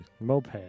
Moped